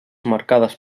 marcades